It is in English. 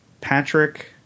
Patrick